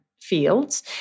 fields